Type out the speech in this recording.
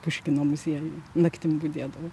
puškino muziejuj naktim budėdavo